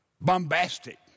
bombastic